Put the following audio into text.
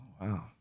Wow